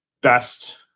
best